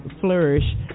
flourish